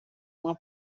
uma